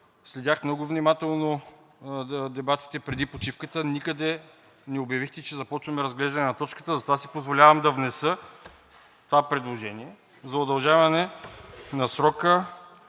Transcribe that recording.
Следях много внимателно дебатите преди почивката, никъде не обявихте, че започваме разглеждане на точката, затова си позволявам да внеса това предложение за удължаване на срока.